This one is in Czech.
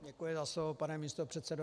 Děkuji za slovo, pane místopředsedo.